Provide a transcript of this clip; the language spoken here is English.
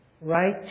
right